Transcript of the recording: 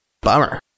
Bummer